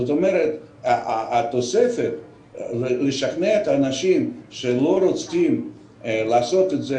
זאת אומרת התוספת לשכנע את האנשים שלא רוצים לעשות את זה